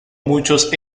muchos